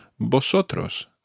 vosotros